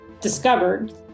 discovered